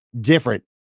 different